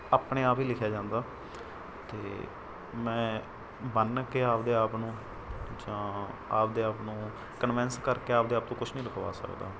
ਆਪਣੇ ਆਪ ਹੀ ਲਿਖਿਆ ਜਾਂਦਾ ਅਤੇ ਮੈਂ ਬੰਨ ਕੇ ਆਪਣੇ ਆਪ ਨੂੰ ਜਾਂ ਆਪਣੇ ਆਪ ਨੂੰ ਕਨਵੈਂਸ ਕਰਕੇ ਆਪਣੇ ਆਪ ਤੋਂ ਕੁਝ ਨਹੀਂ ਲਿਖਵਾ ਸਕਦਾ